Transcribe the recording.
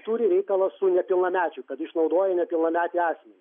turi reikalą su nepilnamečiu kad išnaudoja nepilnametį asmenį